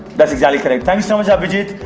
that's exactly correct. thank so much abridges.